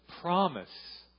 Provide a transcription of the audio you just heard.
promise